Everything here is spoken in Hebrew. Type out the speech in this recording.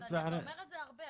אבל אתה אומר את זה הרבה.